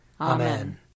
Amen